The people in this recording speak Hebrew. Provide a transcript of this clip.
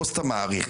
לא סתם מעריך,